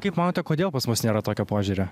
kaip manote kodėl pas mus nėra tokio požiūrio